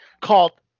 called